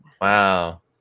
Wow